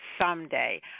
someday